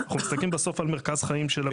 אנחנו מסתכלים בסוף על מרכז החיים של המשפחה.